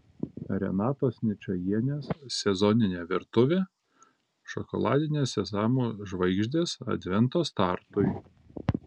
renatos ničajienės sezoninė virtuvė šokoladinės sezamų žvaigždės advento startui